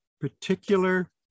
Particular